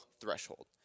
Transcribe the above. threshold